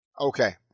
Okay